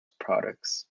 products